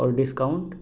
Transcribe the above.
اور ڈسکاؤنٹ